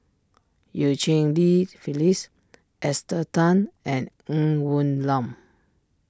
Eu Cheng Li Phyllis Esther Tan and Ng Woon Lam